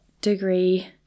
degree